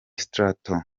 straton